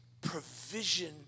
provision